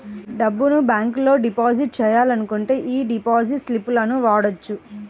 డబ్బును బ్యేంకులో డిపాజిట్ చెయ్యాలనుకుంటే యీ డిపాజిట్ స్లిపులను వాడొచ్చు